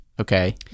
okay